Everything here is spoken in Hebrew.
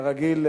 כרגיל,